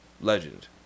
legend